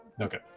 Okay